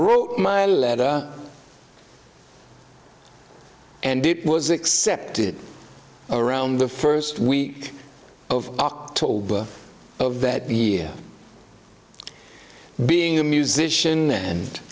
wrote my letter and it was accepted around the first week of october of that the being a musician and